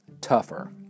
tougher